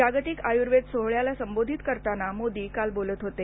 जागतिक आयुर्वेद सोहोळयाला संबोधित करताना मोदी काल बोलत होते